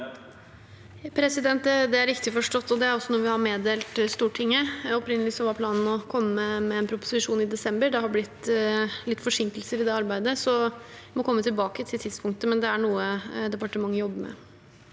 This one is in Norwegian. Det er riktig for- stått, og det er også noe vi har meddelt Stortinget. Opprinnelig var planen å komme med en proposisjon i desember. Det har blitt litt forsinkelser i det arbeidet, så jeg må komme tilbake til tidspunktet, men dette er noe departementet jobber med.